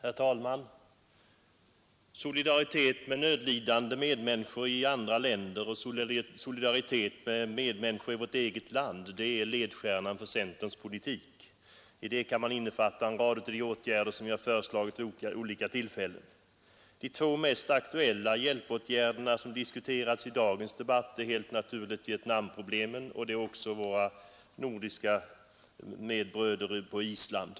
Herr talman! Solidaritet med nödlidande människor i andra länder och solidaritet med medmänniskor i vårt eget land är ledstjärnan för centerns politik. I det kan man innefatta en rad av de åtgärder som vi har föreslagit vid olika tillfällen. De två mest aktuella hjälpåtgärderna som diskuterats i dagens debatt är helt naturligt Vietnamproblemen och problemen för våra nordiska medbröder på Island.